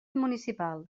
municipal